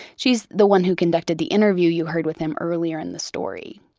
she's the one who conducted the interview you heard with him earlier in the story.